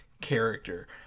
character